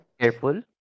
careful